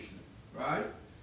right